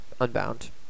Unbound